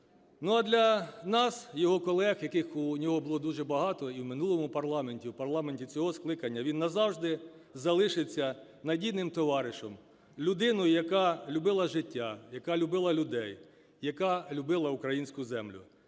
для нас – його колег, яких у нього було дуже багато і в минулому парламенті, і в парламенті цього скликання – він назавжди залишиться надійним товаришем, людиною, яка любила життя, яка любила людей, яка любила українську землю.